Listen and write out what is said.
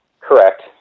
Correct